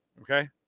Okay